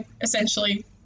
essentially